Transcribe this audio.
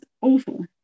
awful